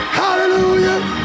hallelujah